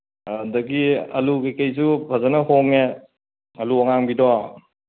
ꯑꯗꯒꯤ ꯑꯂꯨ ꯀꯩꯀꯩꯁꯨ ꯐꯖꯅ ꯍꯣꯡꯉꯦ ꯑꯂꯨ ꯑꯉꯥꯡꯕꯤꯗꯣ